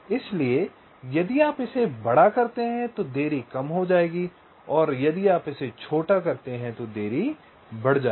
इसलिए यदि आप इसे बड़ा करते हैं तो देरी कम हो जाएगी यदि आप इसे छोटा करते हैं तो देरी बढ़ जाएगी